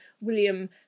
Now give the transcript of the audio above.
William